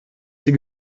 die